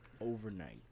Overnight